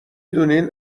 دونین